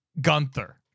Gunther